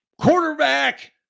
quarterback